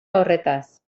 horretaz